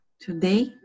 today